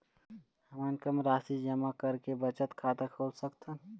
हमन कम राशि जमा करके बचत खाता खोल सकथन?